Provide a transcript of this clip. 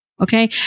Okay